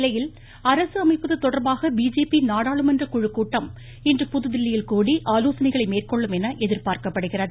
இந்நிலையில் அரசு அமைப்பது தொடர்பாக பிஜேபி நாடாளுமன்ற குழு கூட்டம் இன்று புதுதில்லியில் கூடி ஆலோசனைகளை என எதிர்பார்க்கப்படுகிறது